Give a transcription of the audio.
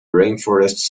rainforests